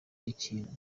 ikintu